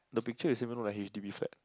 the picture you send me look like h_d_b flat